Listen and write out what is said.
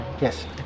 Yes